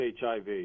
HIV